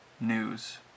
news